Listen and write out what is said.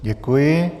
Děkuji.